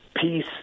peace